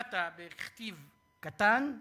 למטה, בכתב קטן,